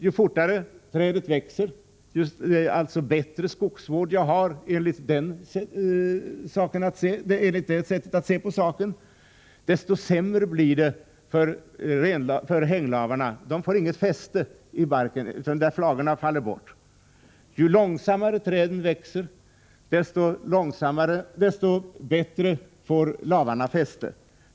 Ju fortare trädet växer, alltså ju bättre skogsvård jag har enligt det sättet att se på saken, desto sämre blir det för hänglavarna. De får inget fäste i barken, därför att flagorna faller bort. Ju långsammare trädet växer, desto bättre får lavarna fäste.